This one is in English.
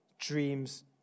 dreams